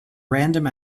random